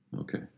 Okay